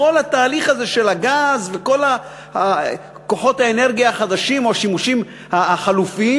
בכל התהליך הזה של הגז וכל כוחות האנרגיה החדשים או השימושים החלופיים,